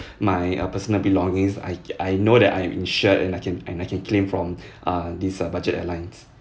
my uh personal belongings I I know that I'm insured and I can and I can claim from uh this uh budget airlines